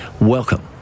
Welcome